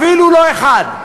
אפילו לא אחד.